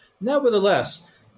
Nevertheless